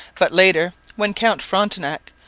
but, later, when count frontenac,